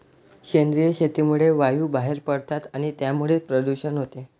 सेंद्रिय शेतीमुळे वायू बाहेर पडतात आणि त्यामुळेच प्रदूषण होते